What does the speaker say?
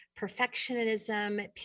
perfectionism